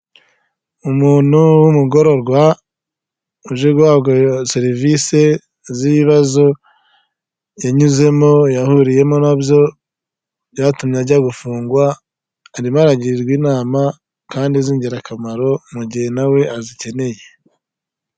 Umuntu w’umugororwa uje guhabwa serivisi z’ibibazo yanyuzemo, yahuriyemo nabyo byatumye ajya gufungwa. Arimo aragirwa inama kandi z’ingirakamaro mu gihe nawe we azikeneye.